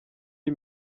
iyi